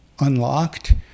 unlocked